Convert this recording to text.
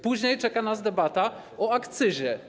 Później czeka nas debata o akcyzie.